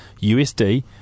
USD